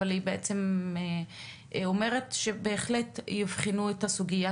אבל אני בעצם אומרת שבהחלט יבחנו את הסוגייה